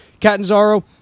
Catanzaro